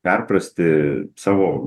perprasti savo